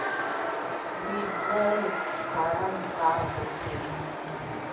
Withdrawal form का होथे?